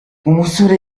umusore